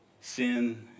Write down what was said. sin